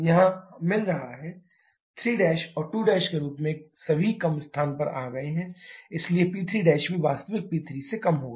यहाँ मिल रहे हैं P3T3P2T2 3 और 2 के रूप में सभी कम स्थान पर आ गए हैं इसलिए P3' भी वास्तविक P3 से कम होगा